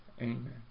Amen